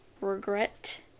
regret